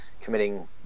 committing